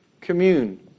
commune